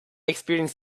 experience